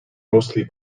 mostly